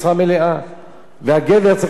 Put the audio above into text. והגבר צריך לעבוד 24 שעות.